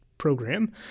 Program